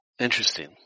Interesting